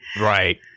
Right